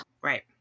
Right